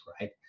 right